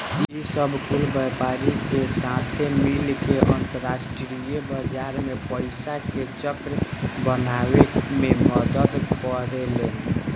ई सब कुल व्यापारी के साथे मिल के अंतरास्ट्रीय बाजार मे पइसा के चक्र बनावे मे मदद करेलेन